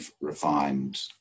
refined